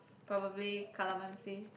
probably Calamansi